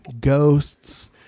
ghosts